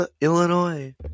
Illinois